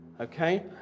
Okay